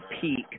peak